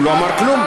הוא לא אמר כלום.